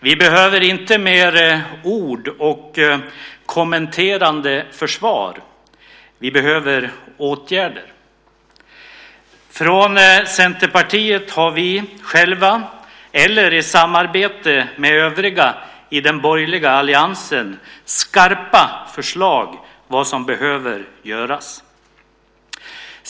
Vi behöver inte mer ord och kommenterande försvar; vi behöver åtgärder. Från Centerpartiet har vi själva eller i samarbete med övriga i den borgerliga alliansen skarpa förslag om vad som behöver göras.